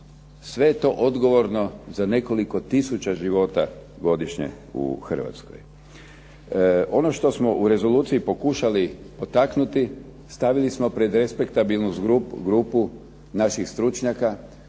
sve je to odgovor za nekoliko tisuća života godišnje u Hrvatskoj. Ono što smo u rezoluciji pokušali potaknuti stavili smo pred respektabilnu grupu naših stručnjaka